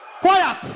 Quiet